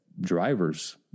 drivers